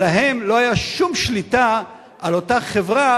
אבל להם לא היתה שום שליטה על אותה חברה